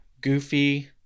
Goofy